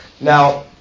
Now